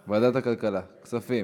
כספים.